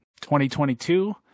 2022